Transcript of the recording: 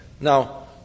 Now